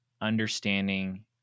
understanding